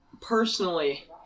personally